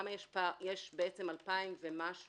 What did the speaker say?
למה יש 2,000 ומשהו דיווחים?